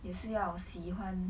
也是要喜欢